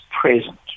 present